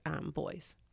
boys